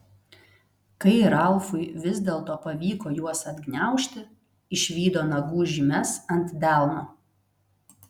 kai ralfui vis dėlto pavyko juos atgniaužti išvydo nagų žymes ant delno